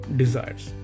desires